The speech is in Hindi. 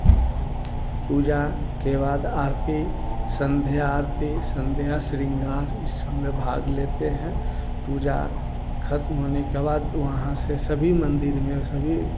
पूजा के बाद आरती संध्या आरती संध्या शृंगार उस सब में भाग लेते हैं पूजा ख़त्म होने के बाद वहाँ से सभी मंदिर सभी